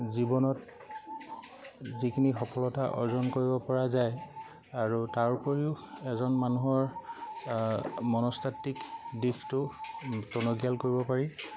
জীৱনত যিখিনি সফলতা অৰ্জন কৰিব পৰা যায় আৰু তাৰ উপৰিও এজন মানুহৰ মনস্তাত্বিক দিশটো টনকীয়াল কৰিব পাৰি